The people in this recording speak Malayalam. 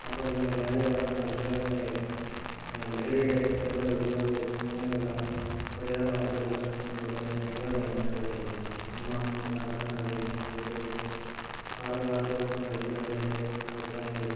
അതു പോലെ തന്നെ വ്യാജ അതുപോലെ തന്നെ ലഹരിയുടെ അമിത ഉപയോഗവും അങ്ങനെയുള്ള കുറേയേറെ വാർത്തകൾ നമ്മൾ ഞെട്ടലോടെയാണ് കേൾക്കുന്നത് അമ്മ എന്ന താരസംഘടനയും അതിൻ്റെ ഭാരവാഹിത്വവും വഹിക്കുന്നവരുടെ അഭിപ്രായങ്ങളും